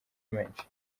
menshi